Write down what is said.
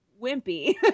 wimpy